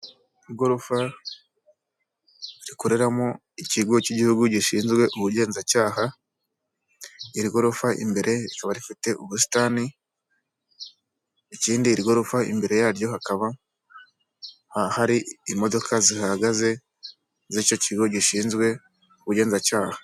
Igorofa rikoreramo ikigo cy'igihugu gishinzwe ubugenzacyaha, iri gorofa imbere rikaba rifite ubusitani, ikindi iri gorofa imbere yaryo hakaba hari imodoka zihagaze z'icyo kigo gishinzwe ubugenzacyaha.